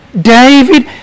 David